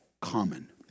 common